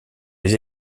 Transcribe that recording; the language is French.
les